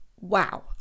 wow